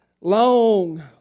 long